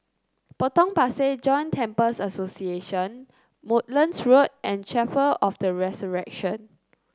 Potong Pasir Joint Temples Association Woodlands Road and Chapel of The Resurrection